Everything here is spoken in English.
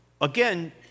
again